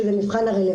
שזה מבחן הרלוונטיות.